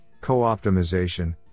co-optimization